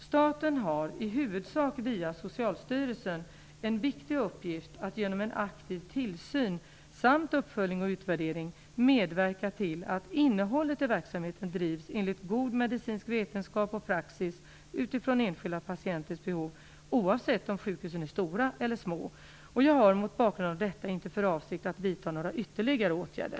Staten har - i huvudsak via Socialstyrelsen - en viktig uppgift att genom en aktiv tillsyn samt uppföljning och utvärdering medverka till att innehållet i verksamheten drivs enligt god medicinsk vetenskap och praxis utifrån enskilda patienters behov oavsett om sjukhusen är stora eller små. Jag har, mot bakgrund av detta, inte för avsikt att vidta några ytterligare åtgärder.